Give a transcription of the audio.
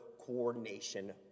coordination